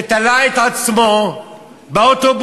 שתלה את עצמו באוטובוס.